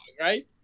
right